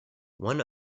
one